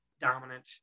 dominant